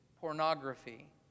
pornography